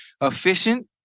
efficient